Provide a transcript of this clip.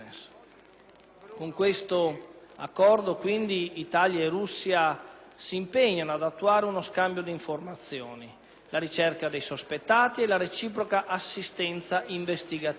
Con questo Accordo, quindi, Italia e Russia si impegnano ad attuare uno scambio di informazioni, la ricerca dei sospettati e la reciproca assistenza investigativa.